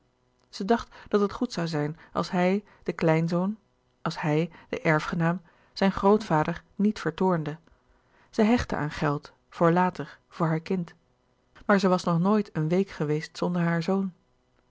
zij dacht dat het goed zoû zijn als hij de kleinzoon als hij de erfgenaam zijn grootvader niet vertoornde zij hechtte aan geld voor later voor haar kind maar zij was nog nooit een week geweest zonder haar zoon